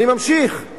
אני ממשיך,